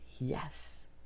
Yes